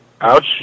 Ouch